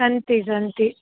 सन्ति सन्ति